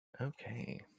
okay